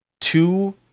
Two